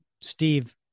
Steve